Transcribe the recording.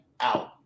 out